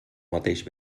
mateix